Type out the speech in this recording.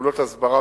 פעולות הסברה